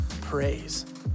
praise